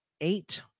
eight